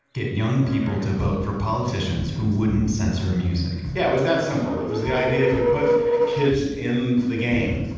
get young people to vote for politicians who wouldn't censor music yeah, it was that simple. it was the idea, if you put kids in the game,